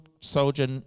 soldier